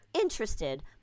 interested